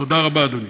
תודה רבה, אדוני.